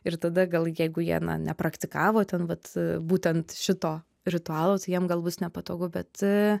ir tada gal jeigu jie nepraktikavo ten vat būtent šito ritualo tai jiem gal bus nepatogu bet